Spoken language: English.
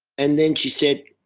and then she said,